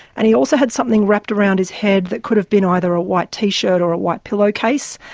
and he also had something wrapped around his head that could have been either a white t-shirt or a white pillowcase.